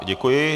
Děkuji.